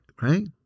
Right